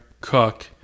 cook